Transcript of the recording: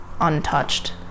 untouched